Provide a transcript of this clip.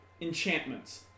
enchantments